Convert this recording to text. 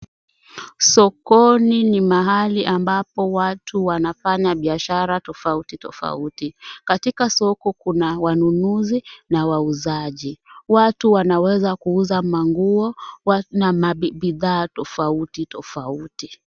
Sokoni ni mahali ambapo watu wanafanya biashara tofauti tofauti. Katika soko kuna wanunuzi na wauzaji. Watu wanaweza kuuza manguo na bidhaa tofauti tofauti.